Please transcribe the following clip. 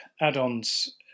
add-ons